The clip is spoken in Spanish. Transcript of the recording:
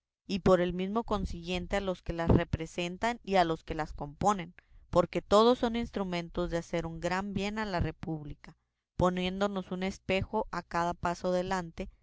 y por el mismo consiguiente a los que las representan y a los que las componen porque todos son instrumentos de hacer un gran bien a la república poniéndonos un espejo a cada paso delante